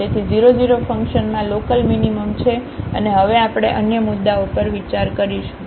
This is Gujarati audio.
તેથી00ફંકશનમાં લોકલમીનીમમછે અને હવે આપણે અન્ય મુદ્દાઓ પર વિચાર કરીશું